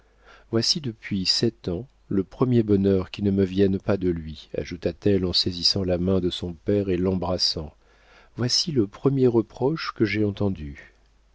voici depuis sept ans le premier bonheur qui ne me vienne pas de lui ajouta-t-elle en saisissant la main de son père et l'embrassant et voici le premier reproche que j'aie entendu